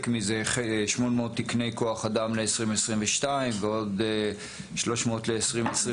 מזה 800 תקני כוח אדם ל-2022 ועוד 300 ל-2023,